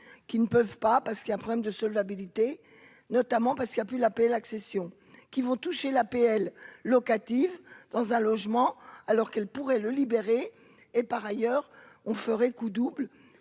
qui ne peuvent pas parce qu'un problème de solvabilité, notamment parce qu'il a pu l'APL accession qui vont toucher l'APL locative dans un logement alors qu'elle pourrait le libérer et par ailleurs on ferait coup double,